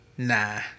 nah